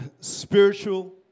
spiritual